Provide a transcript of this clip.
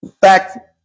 Back